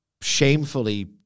shamefully